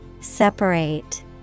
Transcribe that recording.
Separate